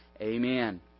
Amen